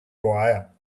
wire